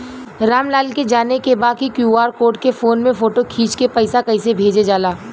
राम लाल के जाने के बा की क्यू.आर कोड के फोन में फोटो खींच के पैसा कैसे भेजे जाला?